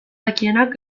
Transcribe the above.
dakienak